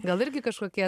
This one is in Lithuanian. gal irgi kažkokie